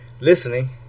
listening